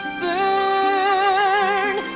burn